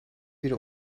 bir